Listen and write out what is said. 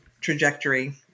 trajectory